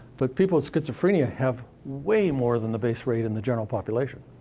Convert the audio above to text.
but people with schizophrenia have way more than the base rate in the general population.